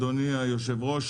אדוני היושב-ראש,